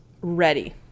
Ready